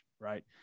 right